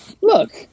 look